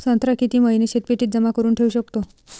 संत्रा किती महिने शीतपेटीत जमा करुन ठेऊ शकतो?